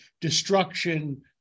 destruction